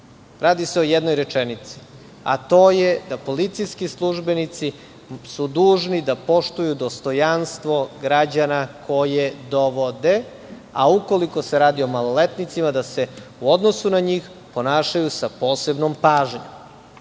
Radi se o jednoj rečenici, a to je: da su policijski službenici dužni da poštuju dostojanstvo građana koje dovode, a ukoliko se radi o maloletnicima da se u odnosu na njih ponašaju sa posebnom pažnjom. Šta